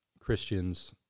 Christians